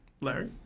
Larry